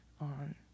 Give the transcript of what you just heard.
On